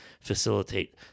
facilitate